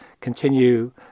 continue